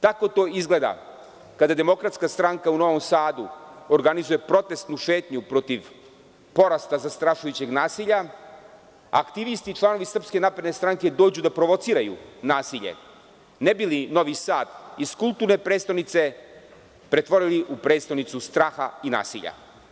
Tako to izgleda kada DS u Novom Sadu organizuje protestnu šetnju protiv porasta zastrašujućeg nasilja, a aktivisti i članovi SNS dođu da provociraju nasilje, ne bi li Novi Sad iz kulturne prestonice pretvorili u prestonicu straha i nasilja.